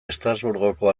estrasburgoko